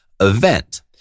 event